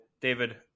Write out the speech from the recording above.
David